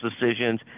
decisions